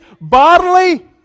bodily